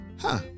Huh